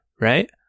right